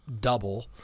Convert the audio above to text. double